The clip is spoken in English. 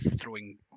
throwing